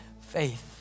faith